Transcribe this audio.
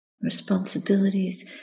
responsibilities